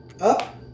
Up